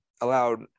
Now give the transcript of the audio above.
allowed